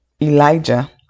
Elijah